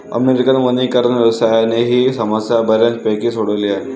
American वनीकरण व्यवसायाने ही समस्या बऱ्यापैकी सोडवली आहे